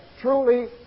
truly